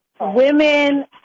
women